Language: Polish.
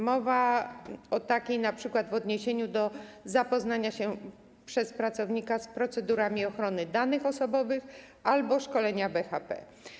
Mowa o takiej formie np. w odniesieniu do zapoznania się przez pracownika z procedurami ochrony danych osobowych albo szkolenia BHP.